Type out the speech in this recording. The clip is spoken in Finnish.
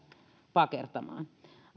pakertamaan